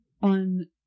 on